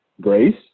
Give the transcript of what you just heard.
Grace